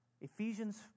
Ephesians